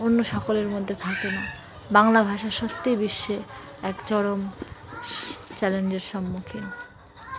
অন্য সকলের মধ্যে থাকে না বাংলা ভাষা সত্যিই বিশ্বে এক চরম চ্যালেঞ্জের সম্মুখীন